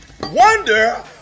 wonder